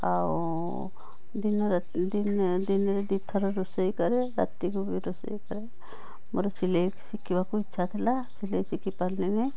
ଆଉ ଦିନରାତି ଦିନିଆ ଦିନରେ ଦୁଇଥର ରୋଷେଇ କରେ ରାତିକୁ ବି ରୋଷେଇ କରେ ମୋର ସିଲେଇ ଶିକିବାକୁ ଇଚ୍ଛାଥିଲା ସିଲେଇ ଶିଖିପାରିଲିନି